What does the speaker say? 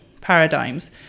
paradigms